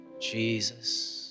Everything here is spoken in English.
Jesus